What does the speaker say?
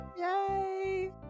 Yay